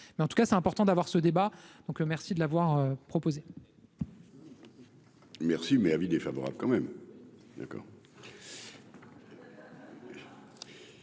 en tout cas c'est important d'avoir ce débat donc merci de l'avoir proposé.